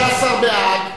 13 בעד,